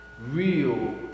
real